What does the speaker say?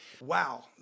Wow